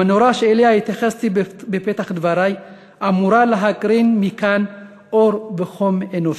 המנורה שאליה התייחסתי בפתח דברי אמורה להקרין מכאן אור וחום אנושי.